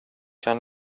han